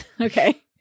Okay